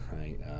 right